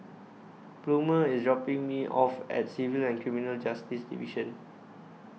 Plummer IS dropping Me off At Civil and Criminal Justice Division